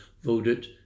voted